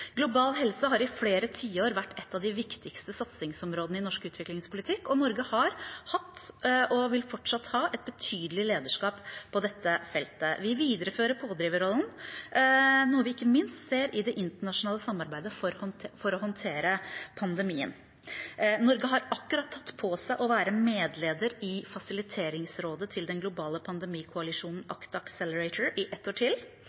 Global helse har i flere tiår vært et av de viktigste satsingsområdene i norsk utviklingspolitikk, og Norge har hatt – og vil fortsatt ha – et betydelig lederskap på dette feltet. Vi viderefører pådriverrollen, noe vi ikke minst ser i det internasjonale samarbeidet for å håndtere pandemien. Norge har akkurat tatt på seg å være medleder i fasiliteringsrådet til den globale pandemi-koalisjonen ACT-Accelerator i ett år til,